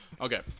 Okay